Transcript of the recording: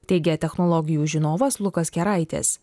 teigia technologijų žinovas lukas keraitis